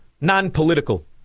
non-political